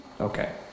Okay